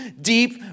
deep